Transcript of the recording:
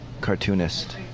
cartoonist